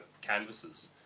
canvases